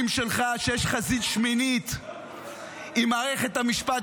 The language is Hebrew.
יאיר לפיד (יש עתיד): אם אתם רוצים להכריז מלחמה,